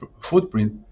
footprint